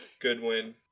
Goodwin